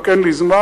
רק אין לי זמן,